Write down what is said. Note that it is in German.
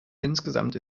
insgesamt